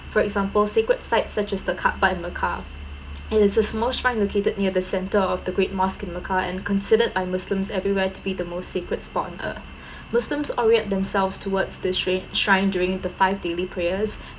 for example sacred sites such as the kaaba in mecca it is a small shrine located near the center of the great mosque in mecca and considered by muslims everywhere to be the most sacred spot on earth muslims orient themselves towards the shrine~ shrine during the five daily prayers